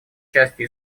частью